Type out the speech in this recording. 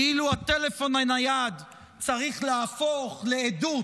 כאילו הטלפון הנייד צריך להפוך לעדות